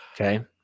Okay